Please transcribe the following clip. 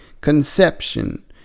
conception